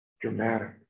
dramatic